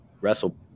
wrestle